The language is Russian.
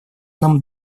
нам